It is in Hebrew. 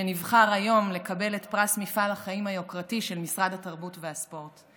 שנבחר היום לקבל את הפרס על מפעל החיים היוקרתי של משרד התרבות והספורט.